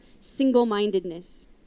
single-mindedness